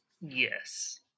Yes